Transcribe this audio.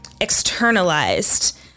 externalized